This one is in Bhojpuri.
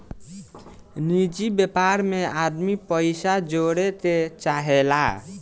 निजि व्यापार मे आदमी पइसा जोड़े के चाहेला